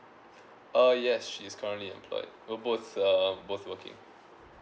uh yes she's currently employed we both uh both working